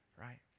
right